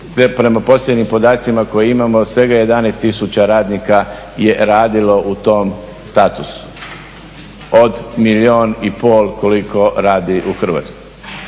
prema posljednjim podacima koje imamo svega 11 tisuća radnika je radilo u tom statusu od milijun i pol koliko radi u Hrvatskoj.